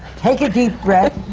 take a deep breath.